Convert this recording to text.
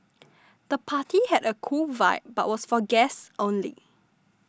the party had a cool vibe but was for guests only